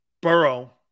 Burrow